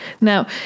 Now